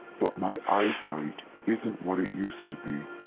but my eyesight isn't what it used to be.